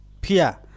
Pia